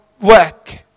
work